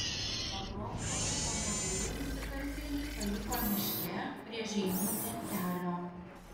pagrobtą automobilį nusikaltėliai paliko miške prie žeimių miestelio